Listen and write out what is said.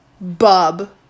Bub